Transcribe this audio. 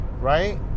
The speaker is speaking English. right